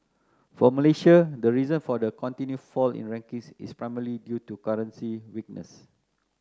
for Malaysia the reason for the continued fall in rankings is primarily due to currency weakness